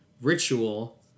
ritual